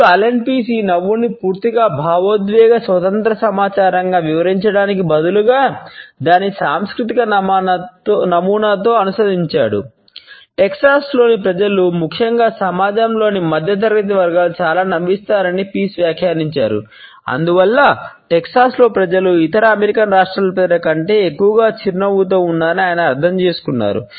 ఇప్పుడు Alan Pease ప్రజలు ముఖ్యంగా సమాజంలోని మధ్యతరగతి వర్గాలు చాలా నవ్విస్తారని పీస్ వ్యాఖ్యానించారు అందువల్ల టెక్సాస్లో ప్రజలు ఇతర అమెరికన్ రాష్ట్రాల ప్రజల కంటే ఎక్కువగా చిరునవ్వుతో ఉన్నారని ఆయన అర్థం చేసుకున్నారు